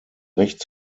recht